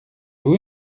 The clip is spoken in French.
vous